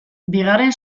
bigarren